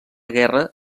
guerra